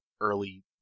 early